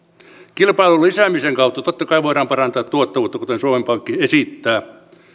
kilpailun lisäämisen kautta totta kai voidaan parantaa tuottavuutta kuten suomen pankki esittää